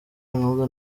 ronaldo